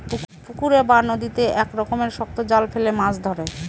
পুকুরে বা নদীতে এক রকমের শক্ত জাল ফেলে মাছ ধরে